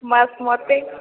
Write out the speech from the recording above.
ମୋତେ